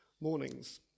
mornings